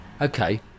Okay